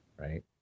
right